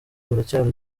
biracyari